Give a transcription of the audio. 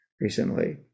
recently